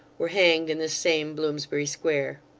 were hanged in this same bloomsbury square.